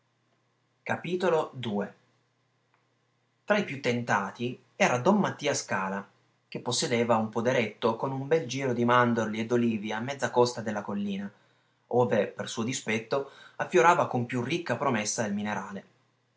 addio campagne tra i più tentati era don mattia scala che possedeva un poderetto con un bel giro di mandorli e d'olivi a mezza costa della collina ove per suo dispetto affiorava con più ricca promessa il minerale